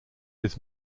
his